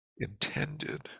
intended